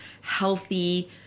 healthy